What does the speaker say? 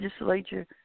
legislature